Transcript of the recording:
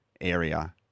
area